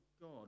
God